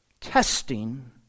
testing